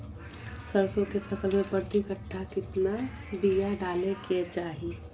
सरसों के फसल में प्रति कट्ठा कितना बिया डाले के चाही?